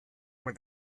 when